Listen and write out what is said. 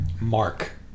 Mark